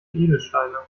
edelsteine